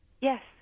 Yes